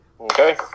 Okay